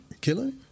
Killing